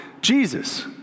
Jesus